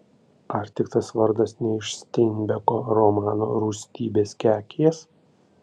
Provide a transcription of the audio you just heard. ar tik tas vardas ne iš steinbeko romano rūstybės kekės